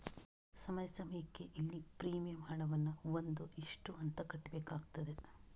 ಸಮಯ ಸಮಯಕ್ಕೆ ಇಲ್ಲಿ ಪ್ರೀಮಿಯಂ ಹಣವನ್ನ ಒಂದು ಇಷ್ಟು ಅಂತ ಕಟ್ಬೇಕಾಗ್ತದೆ